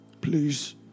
Please